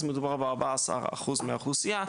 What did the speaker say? אז מדובר ב-14% מהאוכלוסייה,